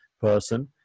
person